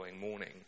morning